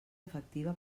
efectiva